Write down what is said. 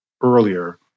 earlier